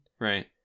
Right